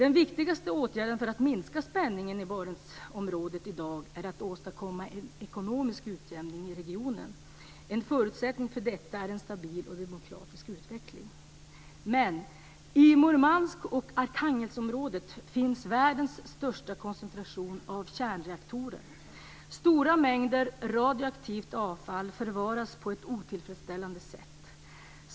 Den viktigaste åtgärden för att minska spänningen i Barentsområdet i dag är att åstadkomma en ekonomisk utjämning i regionen. I Murmansk och Arkhangelskområdet finns dock världens största koncentration av kärnreaktorer. Stora mängder av radioaktivt avfall förvaras på ett otillfredsställande sätt.